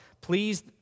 Please